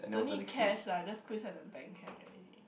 don't need cash lah just put inside the bank can already